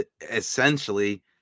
Essentially